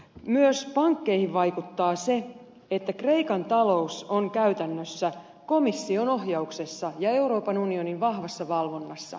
myös pankkeihin vaikuttaa se että kreikan talous on käytännössä komission ohjauksessa ja euroopan unionin vahvassa valvonnassa